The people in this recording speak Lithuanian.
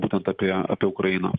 būtent apie apie ukrainą